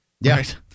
Yes